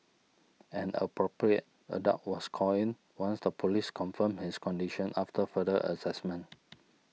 an Appropriate Adult was called in once the police confirmed his condition after further assessment